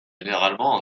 généralement